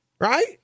Right